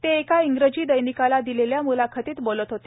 ते एका इंग्रजी दैनिकाला दिलेल्या म्लाखतीत बोलत होते